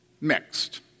mixed